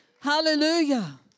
Hallelujah